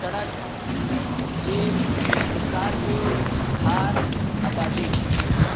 truck jeep scorpio Thar apache